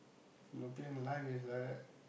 bobian life is like that